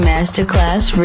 Masterclass